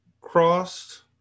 crossed